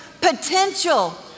potential